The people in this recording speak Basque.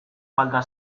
falta